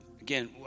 Again